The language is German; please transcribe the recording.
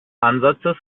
ansatzes